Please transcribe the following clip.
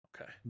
Okay